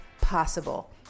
possible